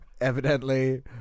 evidently